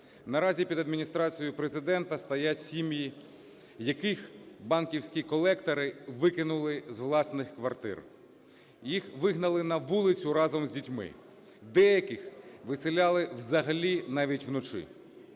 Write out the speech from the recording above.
Наразі під Адміністрацією Президента стоять сім'ї, яких банківські колектори викинули з власних квартир. Їх вигнали на вулицю разом з дітьми, деяких виселяли взагалі навіть вночі.